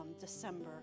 December